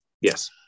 Yes